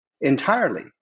entirely